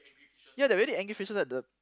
ya they're really angry fishes at the